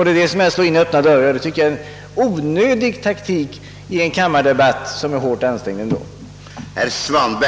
Det är att slå in öppna dörrar och utgör en onödig taktik i en debatt som tidsmässigt är hårt ansträngd ändå.